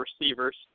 receivers